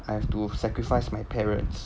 I have to sacrifice my parents